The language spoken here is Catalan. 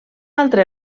altre